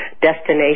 destination